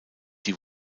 die